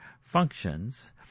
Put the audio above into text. functions